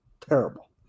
terrible